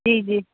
जी जी